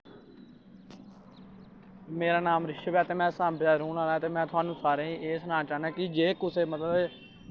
मेरा नाम रिषभ ऐ ते में सांबा दे रौह्न आह्ला ते में थुआनू सारें गी एह् सनाना चाह्न्नां कि जे कुसै मतलब